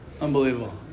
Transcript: Unbelievable